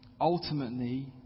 Ultimately